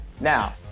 now